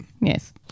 Yes